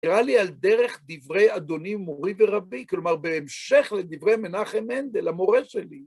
נראה לי על דרך דברי אדוני מורי ורבי, כלומר בהמשך לדברי מנחם מנדל, המורה שלי,